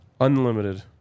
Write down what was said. Unlimited